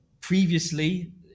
previously